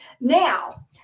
Now